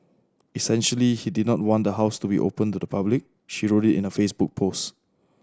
essentially he did not want the house to be open to the public she wrote in a Facebook post